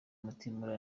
mutimura